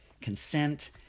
consent